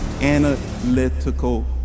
analytical